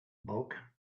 bulk